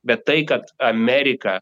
bet tai kad amerika